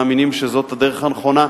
מאמינים שזאת הדרך הנכונה,